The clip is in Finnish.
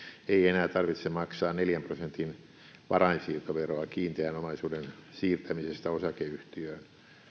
ei enää tarvitse maksaa neljän prosentin varainsiirtoveroa kiinteän omaisuuden siirtämisestä osakeyhtiöön